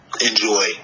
enjoy